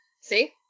See